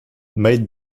made